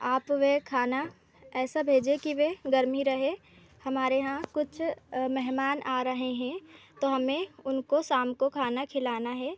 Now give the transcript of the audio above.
आप वह खाना ऐसा भेजे कि वह गर्म ही रहे हमारे यहाँ कुछ मेहमान आ रहे हैं तो हमें उनको शाम को खाना खिलाना है